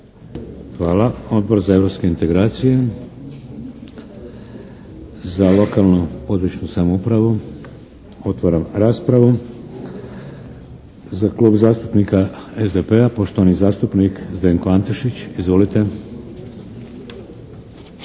Hvala. Odbor za europske integracije, za lokalnu, područnu samoupravu. Otvaram raspravu. Za Klub zastupnika SDP-a poštovani zastupnik Zdenko Antešić. Izvolite.